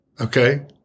Okay